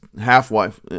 half-wife